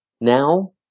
now